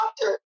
doctor